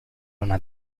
una